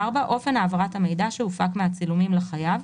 (4)אופן העברת המידע שהופק מהצילומים לחייב,